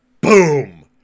Boom